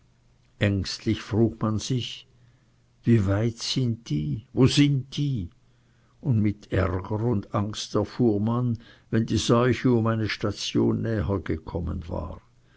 ängstlich frug man sich wie weit sind sie wo sind sie und mit ärger und angst erfuhr man wenn die seuche um eine station näher gekommen war